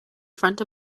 front